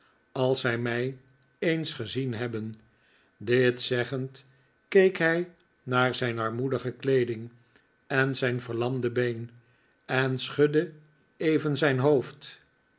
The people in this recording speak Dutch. als zij mij eens gezien hebben dit zeggend keek hij naar zijn armoedige kleeding en zijn verlamde been en schudde even zijn hoofd